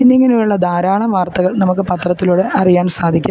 എന്നിങ്ങനെയുള്ള ധാരാളം വാർത്തകൾ നമുക്ക് പത്രത്തിലൂടെ അറിയാൻ സാധിക്കും